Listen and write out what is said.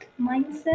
mindset